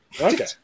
Okay